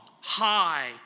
high